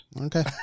Okay